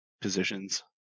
positions